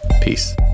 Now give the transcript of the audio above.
peace